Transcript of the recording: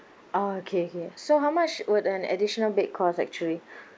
oh okay okay so how much would an additional bed cost actually